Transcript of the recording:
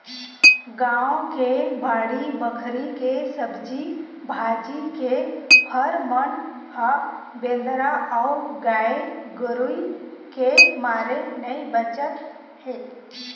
गाँव के बाड़ी बखरी के सब्जी भाजी, के फर मन ह बेंदरा अउ गाये गरूय के मारे नइ बाचत हे